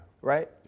Right